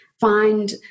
find